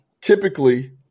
typically